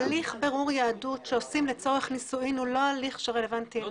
הליך בירור יהדות שעושים לצורך נישואים הוא לא הליך שרלוונטי אלינו.